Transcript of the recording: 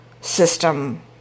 system